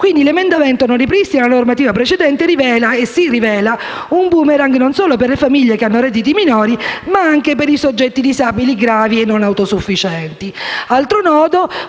Quindi l'emendamento non ripristina la normativa precedente e si rivela un *boomerang* non solo per le famiglie che hanno redditi minori, ma anche per i soggetti disabili gravi o non autosufficienti.